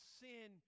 sin